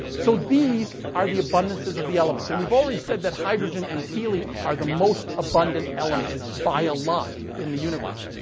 so, these are the abundances of the elements. and, we've already said that hydrogen and helium are the most abundant elements, by a lot, in the universe.